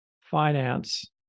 finance